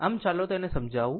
આમ ચાલો તેને સમજાવું